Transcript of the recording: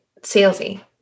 salesy